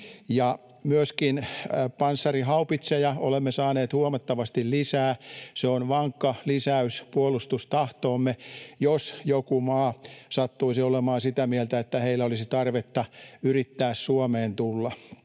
myöskin panssarihaupitseja olemme saaneet huomattavasti lisää. Se on vankka lisäys puolustustahtoomme, jos joku maa sattuisi olemaan sitä mieltä, että heillä olisi tarvetta yrittää Suomeen tulla.